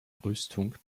brüstung